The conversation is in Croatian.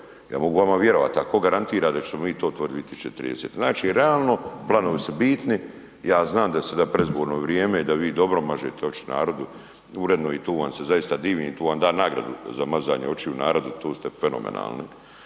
ja mogu vama vjerovat. A tko garantira da ćemo mi to otvoriti 2030.? Znači realno, planovi su bitni, ja znam da je sada predizborno vrijeme i da vi dobro mažete oči narodu uredno i tu vam se zaista divim, tu vam dam nagradu za mazanje očiju narodu, tu ste fenomenalni,